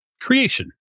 creation